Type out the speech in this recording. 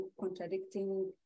contradicting